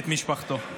את משפחתו.